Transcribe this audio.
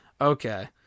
Okay